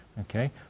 okay